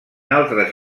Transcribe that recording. altres